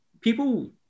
people